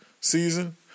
season